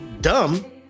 dumb